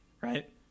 right